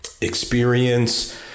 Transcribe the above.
experience